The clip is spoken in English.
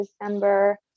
December